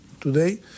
today